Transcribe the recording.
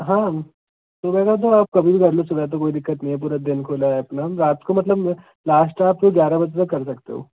हाँ सुबह का तो आप कभी भी कर लो सुबह तो कोई दिक्कत नहीं है पूरे दिन खुला है अपना रात को मतलब लास्ट है आपको रात ग्यारह बजे तक कर सकते है